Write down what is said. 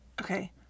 Okay